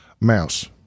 Mouse